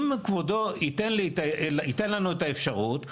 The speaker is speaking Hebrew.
אם כבודו ייתן לנו את האפשרות,